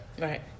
Right